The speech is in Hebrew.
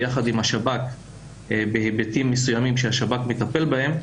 ביחד עם השב"כ בהיבטים מסוימים שהשב"כ מטפל בהם,